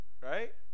Right